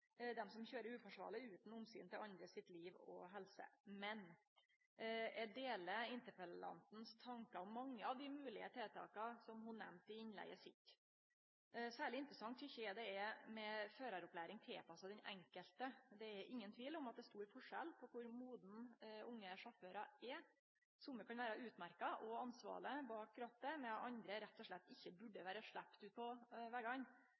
dei som køyrer uforsvarleg utan omsyn til andre sitt liv og helse. Eg deler interpellanten sine tankar om mange av dei moglege tiltaka ho nemnde i innlegget sitt. Særleg interessant tykkjer eg det er med føraropplæring tilpassa den enkelte. Det er ingen tvil om at det er stor forskjell på kor modne unge sjåførar er. Somme kan vere utmerkte og ansvarlege bak rattet, medan andre rett og slett ikkje burde vore sleppte ut på vegane.